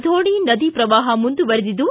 ಧೋಣೆ ನದಿ ಪ್ರವಾಹ ಮುಂದುವರಿದಿದ್ದು